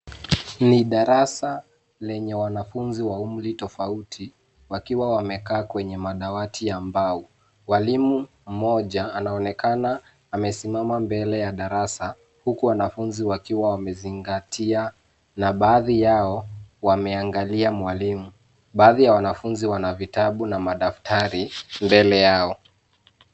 Ni darasa lenye wanafunzi wa umri tofauti wakiwa wamekaa kwenye madawati ya mbao. Mwalimu mmoja anaonekana amesimama mbele ya darasa huku wanafunzi wakiwa wamezingatia na baadhi yao wameangalia mwalimu. Baadhi ya wanafunzi wana vitabu na madaftari mbele yao.